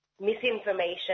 misinformation